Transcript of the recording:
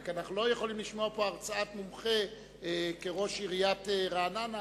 רק שאנחנו לא יכולים לשמוע פה הרצאת מומחה כראש עיריית רעננה,